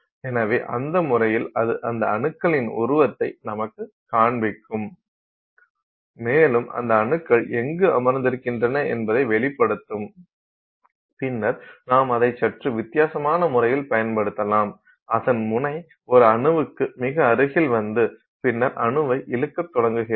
எனவே அந்த முறையில் அது அந்த அணுக்களின் உருவத்தை நமக்குக் காண்பிக்கும் மேலும் அந்த அணுக்கள் எங்கு அமர்ந்திருக்கின்றன என்பதைக் வெளிப்படுத்தும் பின்னர் நாம் அதை சற்று வித்தியாசமான முறையில் பயன்படுத்தலாம் அதன் முனை ஒரு அணுவுக்கு மிக அருகில் வந்து பின்னர் அணுவை இழுக்கத் தொடங்குகிறது